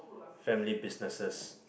family businesses